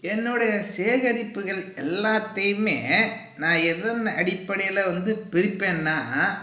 என்னுடைய சேகரிப்புகள் எல்லாத்தையுமே நான் எதன் அடிப்படையில் வந்து பிரிப்பேன்னால்